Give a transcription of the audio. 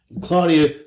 Claudia